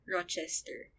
Rochester